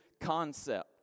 concept